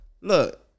Look